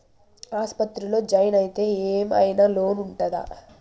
ఆస్పత్రి లో జాయిన్ అయితే ఏం ఐనా లోన్ ఉంటదా?